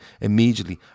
immediately